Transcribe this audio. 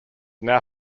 now